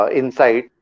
insight